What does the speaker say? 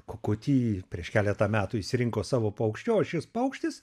kukutį prieš keletą metų išsirinko savo paukščiu o šis paukštis